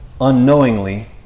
unknowingly